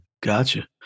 Gotcha